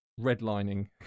redlining